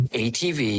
atv